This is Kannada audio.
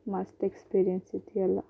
ಮಸ್ತ್ ಎಕ್ಸ್ಪೀರಿಯನ್ಸಿದೆಲ್ಲ